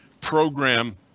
program